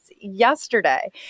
yesterday